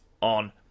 on